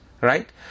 right